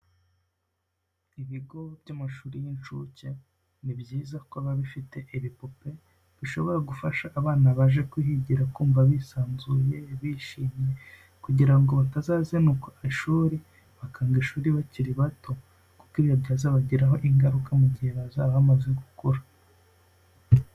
Ibigo by'amashuri y'inshuke ni byiza ko biba bifite ibipupe, bishobora gufasha abana baje kuhigira kumva bisanzuye, bishimye kugira ngo batazazinukwa ishuri, bakanga ishuri bakiri bato. Kuko ibyo byazabagiraho ingaruka mu gihe bazaba bamaze gukura.